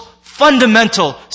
fundamental